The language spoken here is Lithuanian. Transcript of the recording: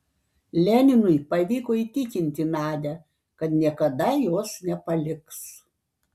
leninui pavyko įtikinti nadią kad niekada jos nepaliks